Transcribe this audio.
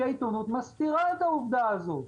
כי העיתונות מסתירה את העובדה הזאת.